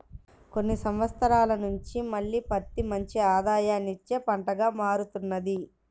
కొన్ని సంవత్సరాల నుంచి మళ్ళీ పత్తి మంచి ఆదాయాన్ని ఇచ్చే పంటగా మారుతున్నది